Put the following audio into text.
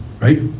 Right